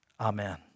Amen